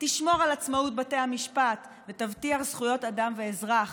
תשמור על עצמאות בתי המשפט ותבטיח זכויות אדם ואזרח